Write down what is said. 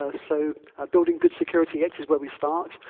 ah so building good security ux is where we start.